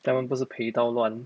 他们不是赔到乱